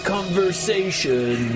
Conversation